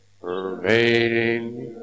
pervading